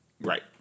right